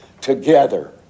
together